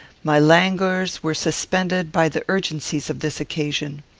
my languors were suspended by the urgencies of this occasion.